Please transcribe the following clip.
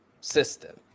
system